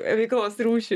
veiklos rūšį